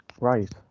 Right